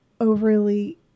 overly